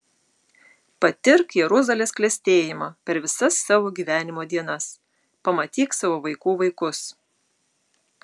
patirk jeruzalės klestėjimą per visas savo gyvenimo dienas pamatyk savo vaikų vaikus